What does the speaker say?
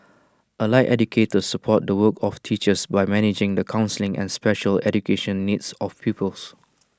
allied educators support the work of teachers by managing the counselling and special education needs of pupils